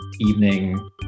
evening